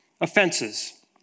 offenses